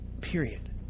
Period